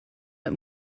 met